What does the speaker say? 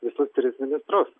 visus tris ministrus